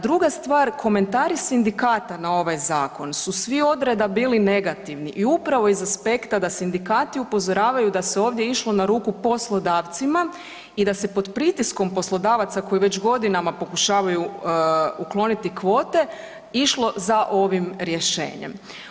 Druga stvar, komentari sindikata na ovaj zakon su svi odreda bili negativni i upravo iz aspekta da sindikati upozoravaju da se ovdje išlo na ruku poslodavcima i da se pod pritiskom poslodavaca koji već godinama pokušavaju ukloniti kvote, išlo za ovim rješenjem.